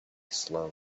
slowly